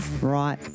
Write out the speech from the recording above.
right